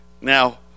Now